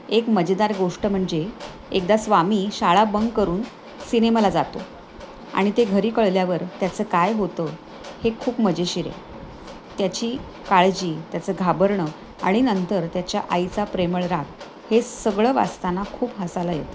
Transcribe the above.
एक मजेदार गोष्ट म्हणजे एकदा स्वामी शाळा बंक करून सिनेमाला जातो आणि ते घरी कळल्यावर त्याचं काय होतं हे खूप मजेशीर आहे त्याची काळजी त्याचं घाबरणं आणि नंतर त्याच्या आईचा प्रेमळ राग हे सगळं वाचताना खूप हसायला येतं